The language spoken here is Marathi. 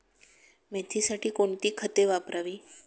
मेथीसाठी कोणती खते वापरावी?